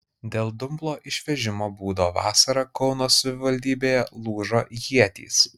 dėl dumblo išvežimo būdo vasarą kauno savivaldybėje lūžo ietys